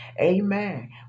Amen